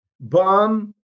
Bomb